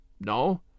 No